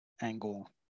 angle